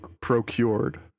procured